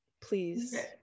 please